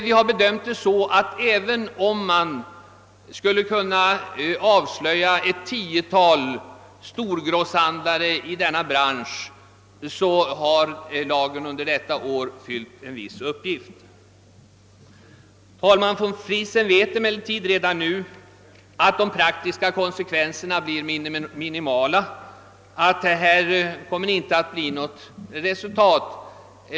Vi har bedömt det så att skulle man kunna avslöja ett tiotal storgrosshandlare i branschen, så har lagen under detta år fyllt en uppgift. Herr förste vice talmannen vet emellertid redan nu, att de praktiska konsekvenserna blir minimala och att detta inte kommer att ge något resultat.